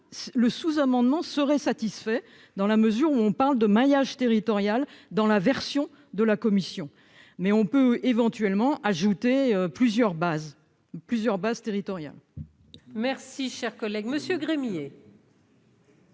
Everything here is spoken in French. le sous-amendement serait satisfait dans la mesure où on parle de maillage territorial dans la version de la commission, mais on peut éventuellement ajouter plusieurs bases plusieurs bases territoriales. Merci, cher collègue Monsieur Grenier.